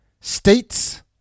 states